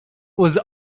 was